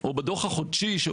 או בדוח החודשי.